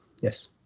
yes